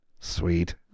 Sweet